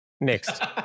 Next